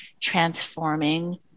transforming